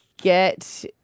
get